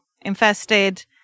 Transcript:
infested